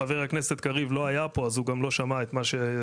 חבר הכנסת קריב לא היה פה אז הוא גם לא שמע את מה שדיווחנו,